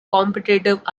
competitive